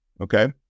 okay